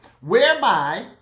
whereby